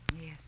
Yes